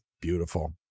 beautiful